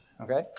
Okay